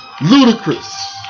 Ludicrous